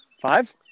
Five